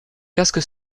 casque